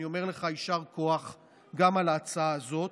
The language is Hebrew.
אני אומר לך יישר כוח גם על ההצעה הזאת.